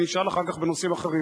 אני אשאל אחר כך בנושאים אחרים,